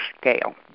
scale